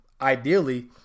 ideally